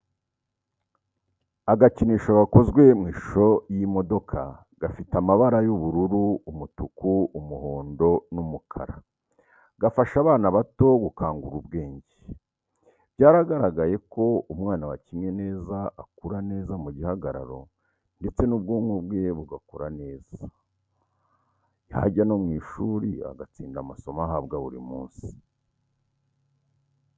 Agakinisho gakozwe mu ishusho y'imodoka gafite amabari y'ubururu, umutuku, umuhondo n'umukara gafasha abana bato gukangura ubwenge. Byaragaragaye ko umwana wakinnye neza akura neza mu gihagararo ndetse n'ubwonko bwe bugakora neza, yajya no mu ishuri agatsinda amasomo ahabwa buri munsi.